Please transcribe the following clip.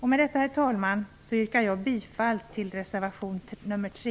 Med detta, herr talman, yrkar jag bifall till reservation nr 3.